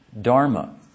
Dharma